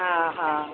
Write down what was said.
हा हा